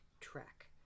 track